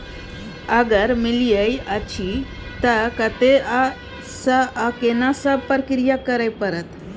अगर मिलय अछि त कत्ते स आ केना सब प्रक्रिया करय परत?